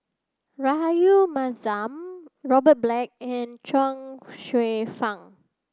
Rahayu Mahzam Robert Black and Chuang Hsueh Fang